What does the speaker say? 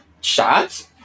shots